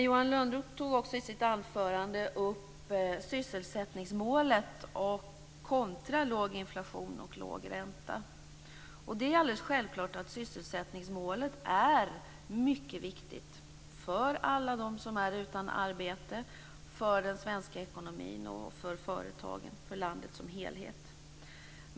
Johan Lönnroth tog i sitt anförande upp sysselsättningsmålet kontra låg inflation och låg ränta. Det är alldeles självklart att sysselsättningsmålet är mycket viktigt för alla dem som är utan arbete, för den svenska ekonomin, för företagen och för landet som helhet.